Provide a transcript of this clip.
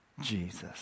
Jesus